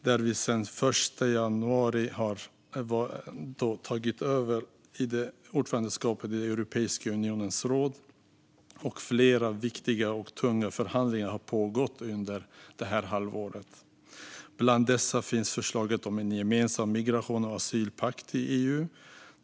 Den 1 januari tog vi över ordförandeskapet i Europeiska unionens råd, och flera viktiga och tunga förhandlingar har pågått under det här halvåret. Bland dessa finns förslaget om en gemensam migrations och asylpakt i EU.